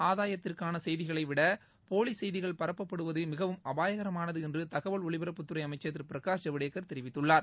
ஆதாயத்திற்கான செய்திகளைவிட போலி செய்திகளை பரப்பப்படுவது மிகவும் அபாயகரமானது என்று தகவல் ஒலிபரப்புத்துறை அமைச்சர் திரு பிரகாஷ் ஜவடேகர் தெரிவித்துள்ளார்